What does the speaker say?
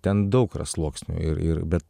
ten daug yra sluoksnių ir ir bet